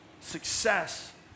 success